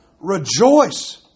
rejoice